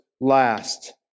last